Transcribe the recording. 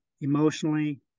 emotionally